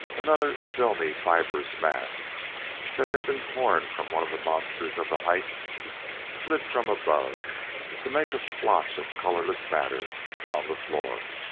another filmy, fibrous mass that had been torn from one of the monsters of the heights slid from above to make a splotch of colorless matter upon the floor.